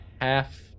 half